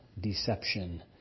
deception